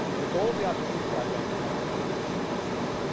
the goal of the opportunity project is actually quite simple.